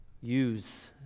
Use